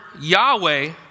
Yahweh